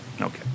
okay